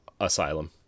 asylum